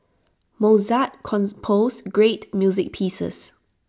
Mozart composed great music pieces